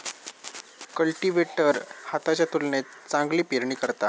cultivator हाताच्या तुलनेत चांगली पेरणी करता